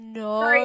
no